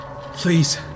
Please